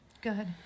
Good